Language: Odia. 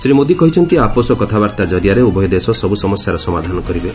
ଶ୍ରୀ ମୋଦୀ କହିଛନ୍ତି ଆପୋଷ କଥାବାର୍ତ୍ତା ଜରିଆରେ ଉଭୟ ଦେଶ ସବୁ ସମସ୍ୟାର ସମାଧାନ କରିବେ